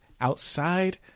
outside